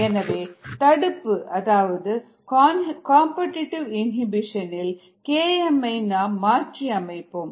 எனவே தடுப்பு அதாவது காம்படிடிவு இனிபிஷன் இல் Kmஐ நாம் மாற்றி அமைப்போம்